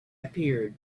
appeared